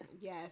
yes